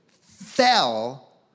fell